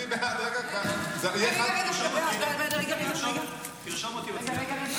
ההצעה להעביר את הנושא לוועדת הבריאות נתקבלה.